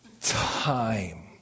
time